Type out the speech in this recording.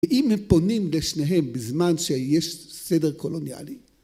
ואם הם פונים לשניהם בזמן שיש סדר קולוניאלי